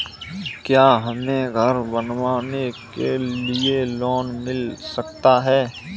क्या हमें घर बनवाने के लिए लोन मिल सकता है?